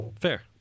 Fair